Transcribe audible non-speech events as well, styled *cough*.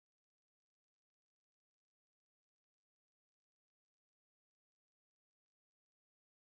I think this one is like old McDonald's have a farm that kind of thing you know *laughs* then what the two boys one